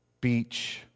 beach